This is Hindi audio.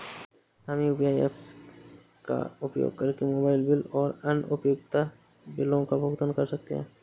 हम यू.पी.आई ऐप्स का उपयोग करके मोबाइल बिल और अन्य उपयोगिता बिलों का भुगतान कर सकते हैं